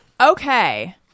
Okay